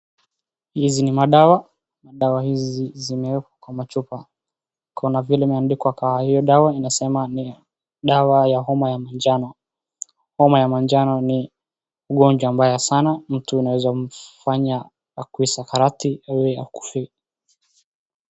Hizi ni madawa. Dawa hizi zimewekwa kwa machupa. Kuna vile imeandikwa kwa hiyo dawa inasema ni dawa ya homa ya manjano. Homa ya manjano ni ugonjwa mbaya sana, mtu unaeza mfanya akuwe sakarati au akufe.